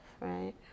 right